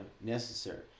necessary